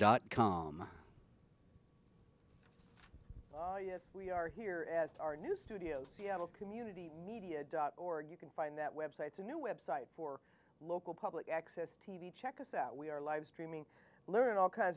dot com yes we are here at our new studio seattle community media dot org you can find that websites a new website for local public access t v check us out we are live streaming learn all kinds